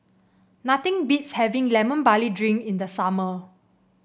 nothing beats having Lemon Barley Drink in the summer